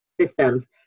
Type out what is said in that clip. Systems